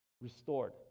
Restored